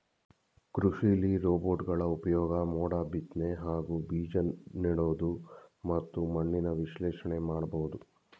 ಕೃಷಿಲಿ ರೋಬೋಟ್ಗಳ ಉಪ್ಯೋಗ ಮೋಡ ಬಿತ್ನೆ ಹಾಗೂ ಬೀಜನೆಡೋದು ಮತ್ತು ಮಣ್ಣಿನ ವಿಶ್ಲೇಷಣೆನ ಮಾಡ್ಬೋದು